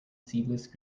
seedless